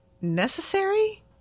necessary